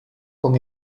con